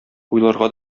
уйларга